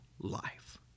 life